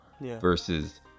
versus